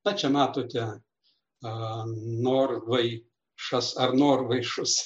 na čia matote norvai šas ar norvaišus